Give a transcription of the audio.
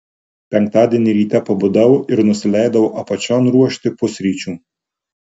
penktadienį ryte pabudau ir nusileidau apačion ruošti pusryčių